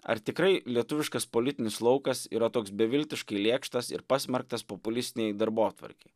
ar tikrai lietuviškas politinis laukas yra toks beviltiškai lėkštas ir pasmerktas populistinei darbotvarkei